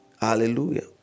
Hallelujah